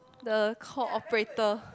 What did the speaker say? the call operator